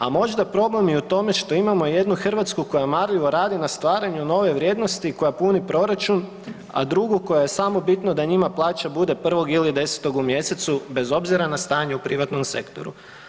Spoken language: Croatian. A možda problem je i u tome što imamo jednu Hrvatsku koja marljivo radi na stvaranju nove vrijednosti koja puni proračun, a drugu kojoj je samo bitno da njima plaća bude 1. ili 10. u mjesecu bez obzira na stanje u privatnom sektoru.